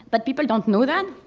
but people don't know that.